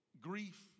grief